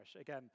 Again